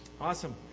Awesome